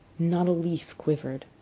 not a leaf quivered,